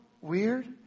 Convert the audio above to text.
weird